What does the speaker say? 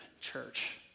church